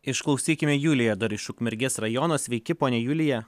išklausykime juliją dar iš ukmergės rajono sveiki ponia julija